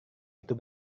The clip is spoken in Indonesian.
itu